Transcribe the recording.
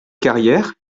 carrière